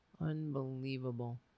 Unbelievable